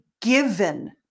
given